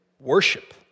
worship